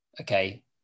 Okay